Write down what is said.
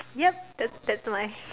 ya that that mine